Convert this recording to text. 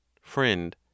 FRIEND